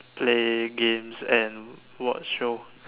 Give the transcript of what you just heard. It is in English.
play games and watch show